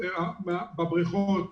בבריכות,